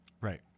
Right